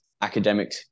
academic